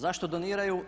Zašto doniraju?